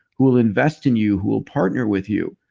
who will invest in you, who will partner with you?